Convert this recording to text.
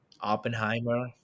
Oppenheimer